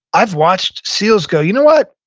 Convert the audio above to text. i've watched seals go, you know what?